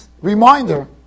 reminder